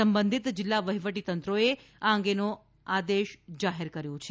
સંબંધિત જિલ્લા વહીવટીતંત્રોએ આ અંગેના આદેશો જાહેર કર્યા છે